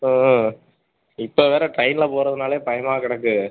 ஆ இப்போ வேறு ட்ரெயின்ல போகிறதுனாலே பயமாக கிடக்கு